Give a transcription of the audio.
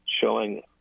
showing